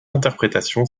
interprétation